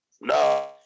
No